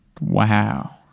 Wow